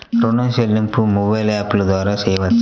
ఋణం చెల్లింపు మొబైల్ యాప్ల ద్వార చేయవచ్చా?